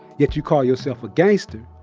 yet you call yourself a gangster,